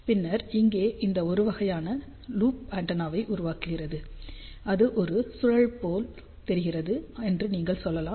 பின்னர் இங்கே இந்த ஒரு வகையான லூப் ஆண்டெனாவை உருவாக்குகிறது அது ஒரு சுழல் போல் தெரிகிறது என்று நீங்கள் சொல்லலாம்